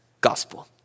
gospel